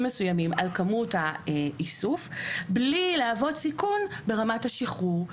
מסוימים על כמות האיסוף בלי להוות סיכון ברמת השחרור.